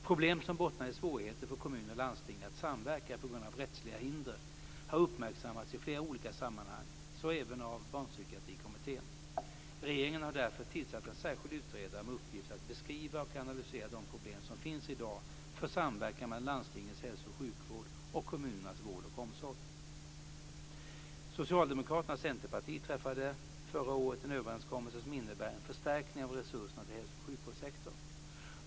Problem som bottnar i svårigheter för kommuner och landsting att samverka på grund av rättsliga hinder har uppmärksammats i flera olika sammanhang, så även av Barnpsykiatrikommittén. Regeringen har därför tillsatt en särskild utredare med uppgift att beskriva och analysera de problem som finns i dag för samverkan mellan landstingens hälso och sjukvård och kommunernas vård och omsorg. Socialdemokraterna och Centerpartiet träffade förra året en överenskommelse som innebär en förstärkning av resurserna till hälso och sjukvårdssektorn.